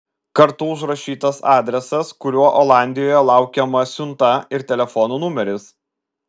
kartu užrašytas adresas kuriuo olandijoje laukiama siunta ir telefono numeris